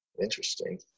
Interesting